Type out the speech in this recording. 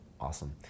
Awesome